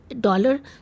dollar